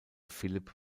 philipp